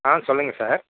ஆ சொல்லுங்க சார்